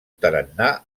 tarannà